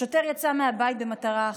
השוטר יצא מהבית במטרה אחת,